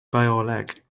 bioleg